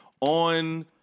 on